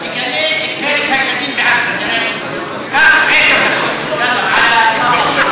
תגנה את הרג הילדים בעזה, נראה אותך.